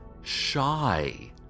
shy